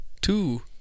two